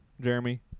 Jeremy